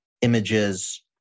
images